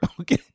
Okay